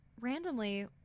randomly